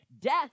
death